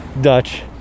Dutch